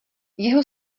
jeho